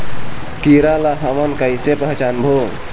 कीरा ला हमन कइसे पहचानबो?